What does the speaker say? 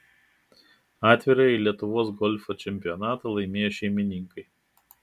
atvirąjį lietuvos golfo čempionatą laimėjo šeimininkai